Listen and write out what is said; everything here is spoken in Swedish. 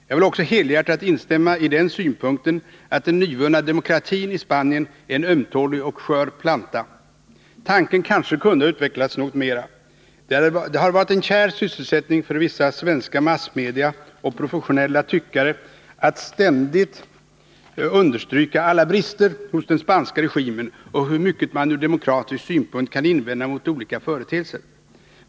Jag vill också helhjärtat instämma i den synpunkten att den nyvunna demokratin i Spanien är en ömtålig och skör planta. Tanken kanske kunde ha utvecklats något mera. Det har varit en kär sysselsättning för vissa svenska massmedia och professionella tyckare att ständigt understryka alla brister hos den spanska regimen och hur mycket man ur demokratisk synpunkt kan invända mot olika företeelser.